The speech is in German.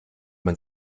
man